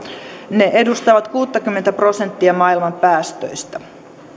ne edustavat kuusikymmentä prosenttia maailman päästöistä